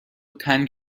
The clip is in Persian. تنگ